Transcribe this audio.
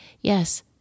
Yes